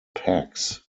pax